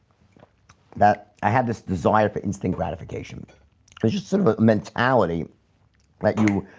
that i had this desire for instant gratification just sort of mentality let you,